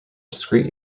discrete